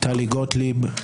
טלי גוטליב,